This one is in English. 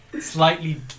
slightly